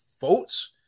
votes